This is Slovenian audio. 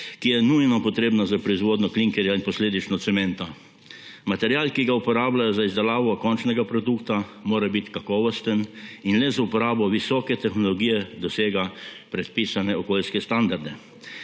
ki je nujno potrebna za proizvodnjo klinkerja in posledično cementa. Material, ki ga uporabljajo za izdelavo končnega produkta, mora biti kakovosten in le z uporabo visoke tehnologije dosega predpisane okoljske standarde.